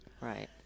Right